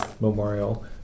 memorial